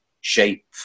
shape